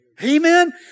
Amen